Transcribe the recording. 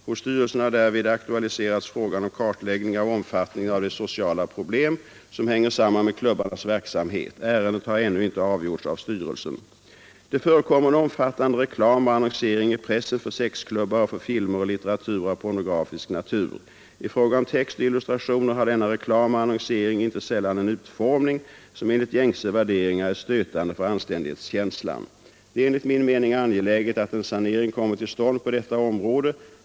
Hos styrelsen har därvid aktualiserats frågan om en kartläggning av omfattningen av de sociala problem som hänger samman med klubbarnas verksamhet. Ärendet är ännu inte avgjort av styrelsen. Det förekommer en omfattande reklam och annonsering i pressen för sexklubbar och för filmer och litteratur av pornografisk natur. I fråga om text och illustrationer har denna reklam och annonsering inte sällan en utformning som enligt gängse värderingar är stötande för anständighetskänslan. Det är enligt min mening angeläget att en sanering kommer till stånd på detta område.